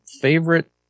favorite